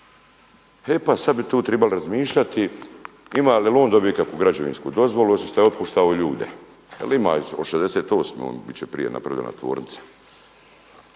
E, pa sada bi tu trebalo razmišljati ima li, jel' on dobio kakvu građevinsku dozvolu osim što je otpuštao ljude. Jer ima od 68. bit će prije napravljena tvornica.